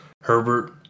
Herbert